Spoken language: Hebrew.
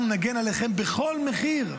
אנחנו נגן עליהם בכל מחיר.